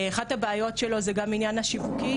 אחת הבעיות שלו היא גם העניין השיווקי,